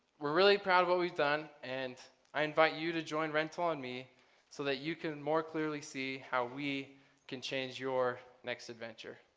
we're really proud of what we've done and i invite you to join rental on me so that you can more clearly see how we can change your next adventure.